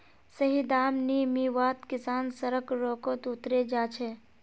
सही दाम नी मीवात किसान सड़क रोकोत उतरे जा छे